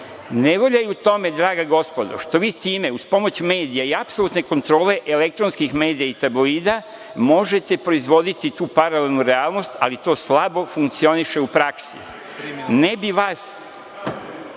je u tome, draga gospodo, što vi time uz pomoć medija i apsolutne kontrole elektronskih medija i tabloida možete proizvoditi tu paralelnu realnost, ali to slabo funkcioniše u praksi. Poenta